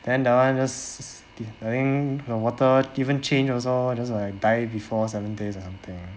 then that [one] just I think the water even change also just like die before seven days or something